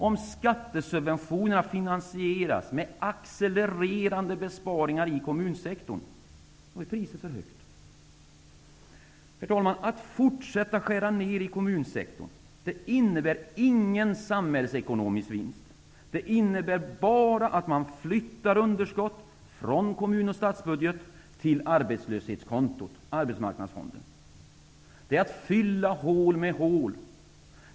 Om skattesubventionerna finansieras med accelererande besparingar i kommunsektorn, då är priset för högt. Herr talman! Att fortsätta skära ner i kommunsektorn innebär ingen samhällsekonomisk vinst. Det innebär bara att man flyttar underskott från kommun och statsbudget till arbetslöshetskontot, arbetsmarknadsfonden. Det är att fylla hål med hål.